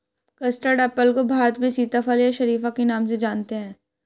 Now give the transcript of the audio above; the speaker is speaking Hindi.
कस्टर्ड एप्पल को भारत में सीताफल या शरीफा के नाम से जानते हैं